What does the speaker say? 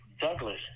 Douglas